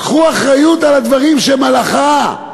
קחו אחריות על הדברים שהם הלכה.